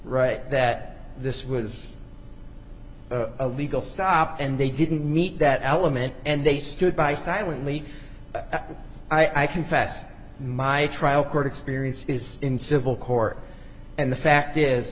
right that this was a legal stop and they didn't meet that element and they stood by silently i confessed my trial court experience is in civil court and the fact is